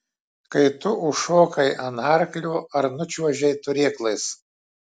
kai tu užšokai ant arklio ar nučiuožei turėklais